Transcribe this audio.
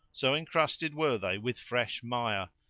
so encrusted were they with fresh mire.